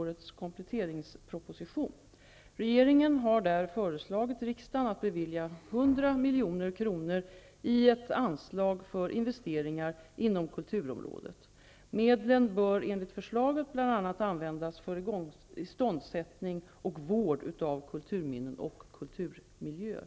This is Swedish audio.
Regeringen har där föreslagit riksdagen att bevilja 100 milj.kr. i ett anslag för investeringar inom kulturområdet. Medlen bör enligt förslaget bl.a. användas för iståndsättning och vård av kulturminnen och kulturmiljöer.